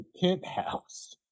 penthouse